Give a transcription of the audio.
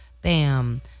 Bam